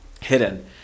hidden